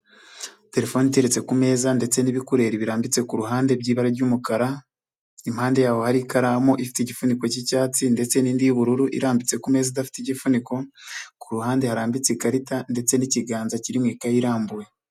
Telefoni iteretse ku meza ndetse n'ibikureri birambitse ku ruhande by'ibara ry'umukara ,impande yaho hari ikaramu ifite igifuniko cy'icyatsi ndetse n'indi y'ubururu irambitse ku meza idafite igifuniko, ku ruhande harambitse ikarita ,ndetse n'ikiganza kiri mu ikayi irambuye.